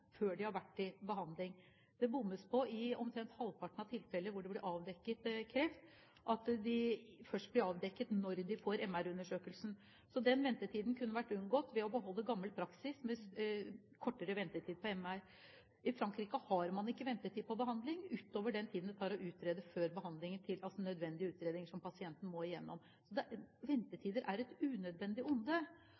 før en har vært til undersøkelse. Det bommes i omtrent halvparten av de tilfeller hvor det blir avdekket kreft. Det blir først avdekket når man får MR-undersøkelsen. Så den ventetiden kunne vært unngått ved å beholde gammel praksis, med kortere ventetid på MR. I Frankrike har man ikke ventetid på behandling utover den tiden det tar å utrede før behandlingen, altså nødvendige utredninger som pasienten må igjennom. Ventetider er et unødvendig onde. Og det koster altså ikke mindre å behandle en pasient som har ventet